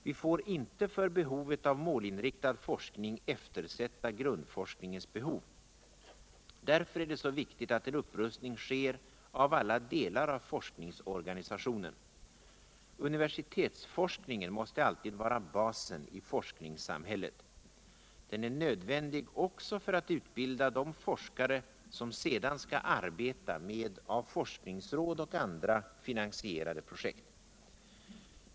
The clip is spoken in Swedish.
Vi får inte för behovet av målinriktad forskning eftersätta grundförskningens behov. Dirför är det så viktigt att en upprustning sker av alla delar av forskningsorganisationen. Universietsforskningen maste allud vara basen i forskningssamhället. Den är nödvändig också för att utbilda de forskare som sedan skall arbeta med av forskningsråd och andra finansierade projekt.